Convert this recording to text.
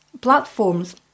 platforms